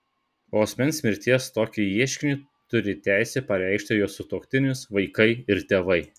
po asmens mirties tokį ieškinį turi teisę pareikšti jo sutuoktinis vaikai ir tėvai